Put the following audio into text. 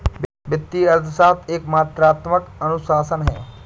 वित्तीय अर्थशास्त्र एक मात्रात्मक अनुशासन है